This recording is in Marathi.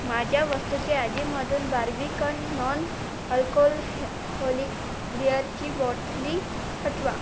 माझ्या वस्तूच्या यादीमधून बार्बिकन नॉन अल्कोल होलिक बिअरची बॉटली हटवा